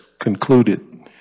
concluded